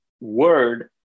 word